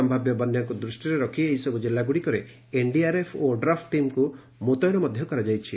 ସମ୍ଭାବ୍ୟ ବନ୍ୟାକୁ ଦୃଷିରେ ରଖି ଏହିସବୁ ଜିଲ୍ଲାଗୁଡ଼ିକରେ ଏନ୍ଡିଆର୍ଏଫ୍ ଓ ଓଡ୍ରାଫ୍ ଟିମ୍କୁ ମୁତୟନ କରାଯାଇଛି